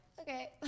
okay